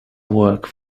work